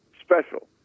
special